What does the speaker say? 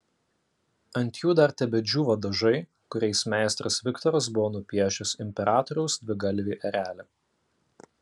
ant jų dar tebedžiūvo dažai kuriais meistras viktoras buvo nupiešęs imperatoriaus dvigalvį erelį